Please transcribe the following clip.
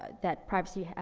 ah that privacy, ah,